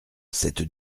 cette